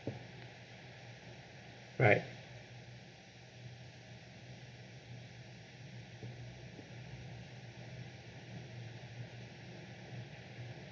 right